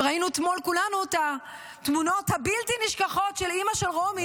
וראינו אתמול כולנו את התמונות הבלתי-נשכחות של אימא של רומי.